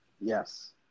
yes